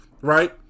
right